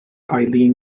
eileen